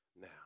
Now